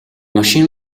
machine